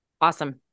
Awesome